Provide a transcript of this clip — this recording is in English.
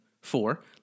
four